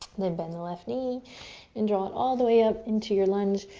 then bend the left knee and draw it all the way up into your lunge.